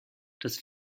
dass